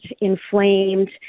inflamed